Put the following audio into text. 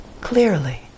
clearly